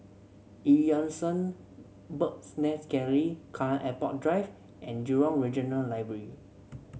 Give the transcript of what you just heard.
Eu Yan Sang Bird's Nest Gallery Kallang Airport Drive and Jurong Regional Library